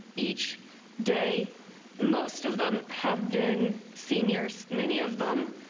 each day most of them have been seniors many of them